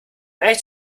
ehrlich